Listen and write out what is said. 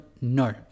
no